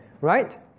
Right